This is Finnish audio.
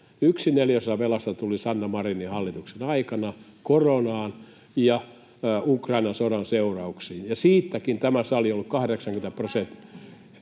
yksi neljäsosa velasta tuli Sanna Marinin hallituksen aikana koronaan ja Ukrainan sodan seurauksiin, [Mia Laiho: Ei ollut kaikki